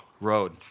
road